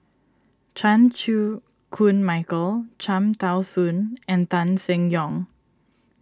Chan Chew Koon Michael Cham Tao Soon and Tan Seng Yong